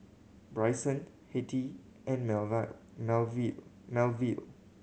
Bryson Hetty and Melville